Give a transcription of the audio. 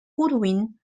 goodwin